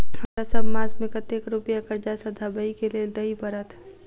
हमरा सब मास मे कतेक रुपया कर्जा सधाबई केँ लेल दइ पड़त?